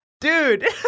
Dude